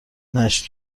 نشت